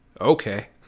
okay